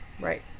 Right